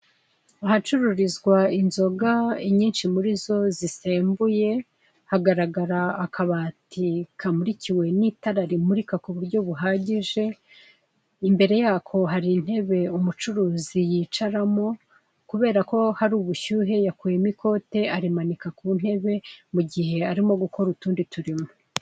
Ahacururizwa inzoga inyinshi murizo zisembuye, hagaragara akabati kamurikiwe n'itara rimurika ku buryo buhagije. Imbere yako hari intebe umucuruzi yicaramo, kubera ko hari ubushyuhe yakuyemo ikote arimanika ku ntebe, mu gihe arimo gukora utundi turimo.